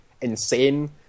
insane